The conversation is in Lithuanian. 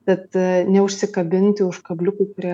bet neužsikabinti už kabliukų prie